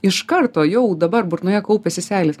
iš karto jau dabar burnoje kaupiasi seilės